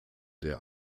der